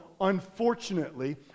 unfortunately